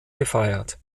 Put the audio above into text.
gefeiert